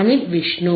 Anil Vishnu